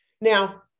Now